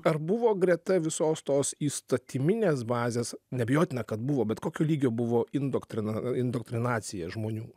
ar buvo greta visos tos įstatyminės bazės neabejotina kad buvo bet kokio lygio buvo indoktrin indoktrinacija žmonių